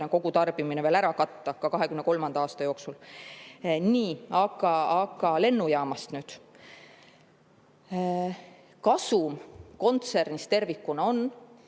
kogutarbimine ära katta ka 2023. aasta jooksul. Nii! Aga lennujaamast. Kasum kontsernis tervikuna on